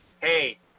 hey